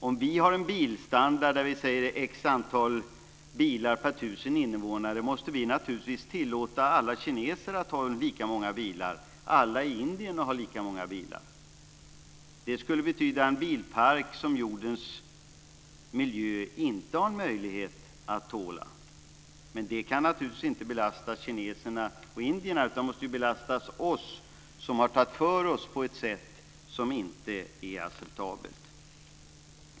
Om vi har en bilstandard på x bilar per tusen invånare måste vi naturligtvis tillåta alla kineser och indier att ha lika många bilar. Det skulle betyda en bilpark som jordens miljö inte har möjlighet att tåla. Men det kan naturligtvis inte belasta kineserna och indierna, utan det måste belasta oss som har tagit för oss på ett sätt som inte är acceptabelt.